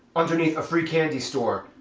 underneath a free candy store.